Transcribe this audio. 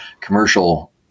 commercial